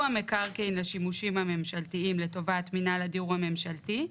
המקרקעין לשימושים הממשלתיים לטובת מינהל הדיור הממשלתי,